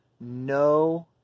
no